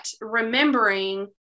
remembering